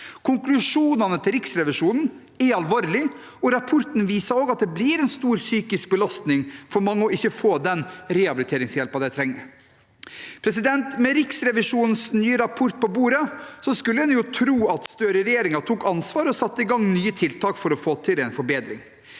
Konklusjonene til Riksrevisjonen er alvorlige. Rapporten viser også at det blir en stor psykisk belastning for mange å ikke få den rehabiliteringshjelpen de trenger. Med Riksrevisjonens nye rapport på bordet skulle en tro at Støre-regjeringen tok ansvar og satte i gang nye tiltak for å få til en forbedring,